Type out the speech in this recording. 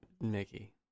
Mickey